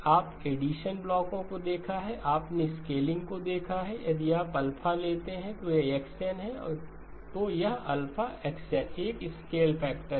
आप ऐडीशान ब्लॉकों को देखा आपने स्केलिंग को देखा यदि आप α लेते हैं और यदि यह x n है तो यह αx n एक स्केल फैक्टर है